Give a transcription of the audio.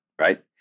right